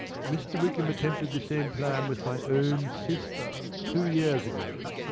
mr. wickham attempted this same plan with my own sister two years ago.